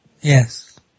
Yes